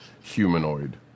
humanoid